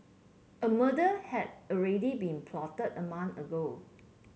a murder had already been plotted a month ago